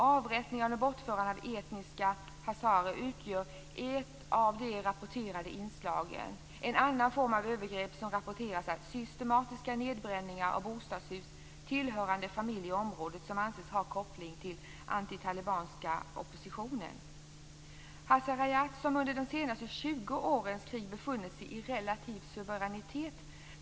Avrättningar och bortförande av etniska hazarer utgör ett av de rapporterade inslagen. En annan form av övergrepp som rapporterats är systematisk nedbränning av bostadshus tillhörande familjer i området som anses ha kopplingar till den antitalibanska oppositionen. Hazarajat har under de senaste 20 årens krig befunnit sig i relativ suveränitet.